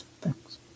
Thanks